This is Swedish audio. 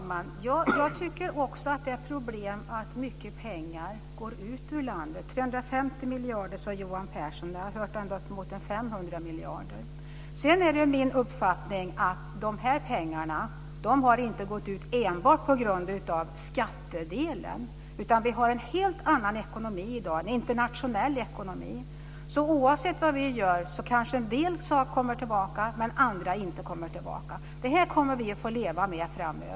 Herr talman! Ja, jag tycker också att det är ett problem att mycket pengar försvinner ut ur landet. 350 miljarder, sade Johan Pehrson. Jag har hört att det är uppemot 500 miljarder. Sedan är det min uppfattning att dessa pengar inte har försvunnit ur landet enbart på grund av skatten. Vi har en helt annan ekonomi i dag, en internationell ekonomi, så oavsett vad vi gör kanske en del kommer tillbaka medan andra inte gör det. Det här kommer vi att få leva med framöver.